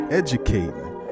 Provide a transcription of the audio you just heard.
educating